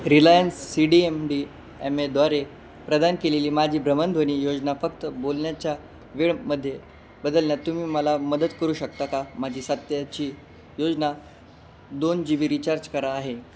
Reliance C D M D M एद्वारे प्रदान केलेली माझी भ्रमणध्वनी योजना फक्त बोलण्याच्या वेळमध्ये बदलण्यात तुम्ही मला मदत करू शकता का माझी सध्याची योजना दोन जी बी रिचार्ज करा आहे